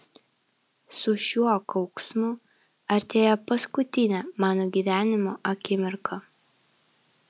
su šiuo kauksmu artėja paskutinė mano gyvenimo akimirka